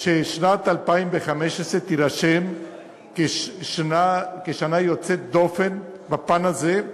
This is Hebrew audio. ששנת 2015 תירשם כשנה יוצאת דופן בפן הזה: